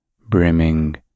brimming